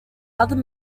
other